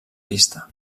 pista